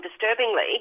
disturbingly